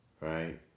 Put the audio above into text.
Right